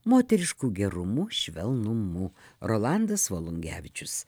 moterišku gerumu švelnumu rolandas volungevičius